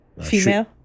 female